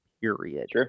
period